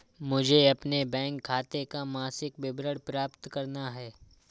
मुझे अपने बैंक खाते का मासिक विवरण प्राप्त करना है?